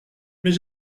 mais